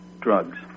drugs